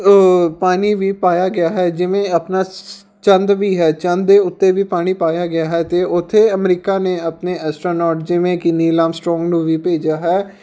ਪਾਣੀ ਵੀ ਪਾਇਆ ਗਿਆ ਹੈ ਜਿਵੇਂ ਆਪਣਾ ਚੰਦ ਵੀ ਹੈ ਚੰਦ ਦੇ ਉੱਤੇ ਵੀ ਪਾਣੀ ਪਾਇਆ ਗਿਆ ਹੈ ਅਤੇ ਉੱਥੇ ਅਮਰੀਕਾ ਨੇ ਆਪਣੇ ਐਸਟਰਾਨੋਡ ਜਿਵੇਂ ਕਿ ਨੀਲ ਆਮਸਟਰੌਂਗ ਨੂੰ ਵੀ ਭੇਜਿਆ ਹੈ